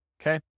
okay